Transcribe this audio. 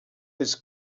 his